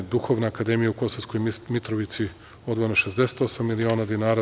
Duhovna akademija u Kosovskoj Mitrovici, odvojeno 68 miliona dinara.